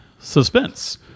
suspense